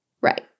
Right